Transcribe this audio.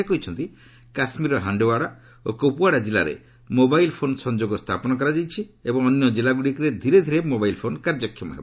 ସେ କହିଛନ୍ତି କାଶ୍ମୀର ହାଣ୍ଡୱାରା ଓ କୁପୁୱାଡା ଜିଲ୍ଲାରେ ମୋବାଲ୍ ଫୋନ୍ ସଂଯୋଗ ସ୍ଥାପନ କରାଯାଉଛି ଏବଂ ଅନ୍ୟ ଜିଲ୍ଲାଗୁଡ଼ିକରେ ଧୀରେ ଧୀରେ ମୋବାଇଲ୍ ଫୋନ୍ କାର୍ଯ୍ୟକ୍ଷମ ହେବ